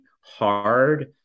hard